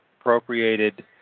appropriated